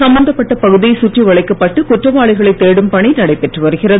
சம்பந்தப்பட்ட பகுதி சுற்றி வளைக்கப்பட்டு குற்றவாளிகளை தேடும் பணி நடைபெற்று வருகிறது